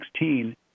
2016